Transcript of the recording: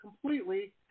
completely